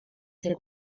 ser